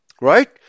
right